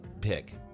pick